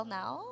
now